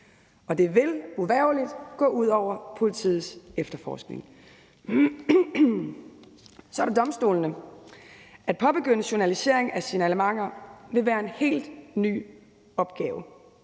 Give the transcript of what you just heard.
og det vil uvægerligt gå ud over politiets efterforskning. Så er der domstolene. At påbegynde journalisering af signalementer vil være en helt ny opgave.